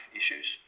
issues